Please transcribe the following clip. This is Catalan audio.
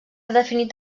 definit